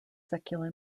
secular